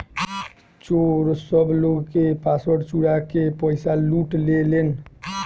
चोर सब लोग के पासवर्ड चुरा के पईसा लूट लेलेन